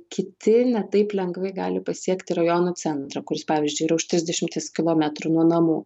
kiti ne taip lengvai gali pasiekti rajono centrą kuris pavyzdžiui yra už trisdešimties kilometrų nuo namų